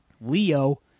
Leo